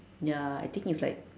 ya I think it's like